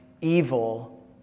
evil